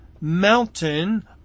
mountain